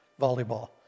volleyball